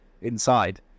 inside